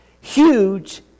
huge